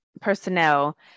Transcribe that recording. personnel